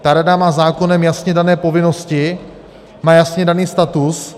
Ta rada má zákonem jasně dané povinnosti, má jasně daný status.